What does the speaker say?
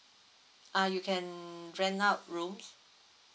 uh you can rent out rooms